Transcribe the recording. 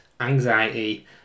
anxiety